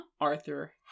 Arthur